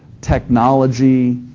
technology.